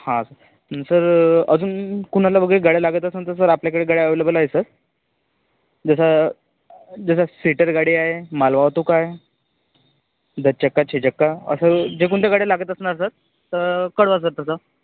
हां sir sir अजून कोणाला वगैरे गाड्या लागत असंन तर आपल्याकडे गाड्या अवेलेबल आहे सर जसं जसं सीटर गाडी आहे मालवाहतूक आहे दस चक्का छे चक्का असं जे कोणत्या गाड्या लागत असणार सर तर कळवा सर तसं